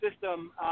system